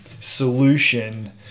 solution